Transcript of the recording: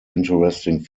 interesting